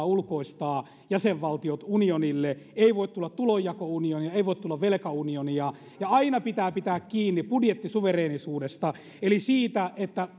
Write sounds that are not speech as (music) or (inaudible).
(unintelligible) ulkoistaa unionille ei voi tulla tulonjakounionia ei voi tulla velkaunionia ja aina pitää pitää kiinni budjettisuvereenisuudesta eli siitä että (unintelligible)